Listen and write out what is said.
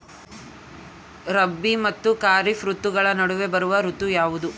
ರಾಬಿ ಮತ್ತು ಖಾರೇಫ್ ಋತುಗಳ ನಡುವೆ ಬರುವ ಋತು ಯಾವುದು?